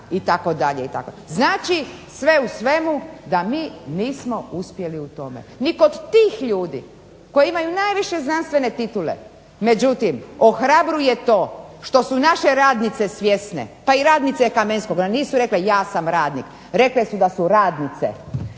itd., itd. Znači, sve u svemu da mi nismo uspjeli u tome. Ni kod tih ljudi koji imaju najviše znanstvene titule. Međutim, ohrabruje to što su naše radnice svjesne, pa i radnice Kamenskoga, nisu rekle ja sam radnik, rekle su da su radnice.